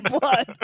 blood